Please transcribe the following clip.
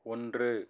ஒன்று